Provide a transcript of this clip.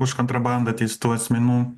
už kontrabandą teistų asmenų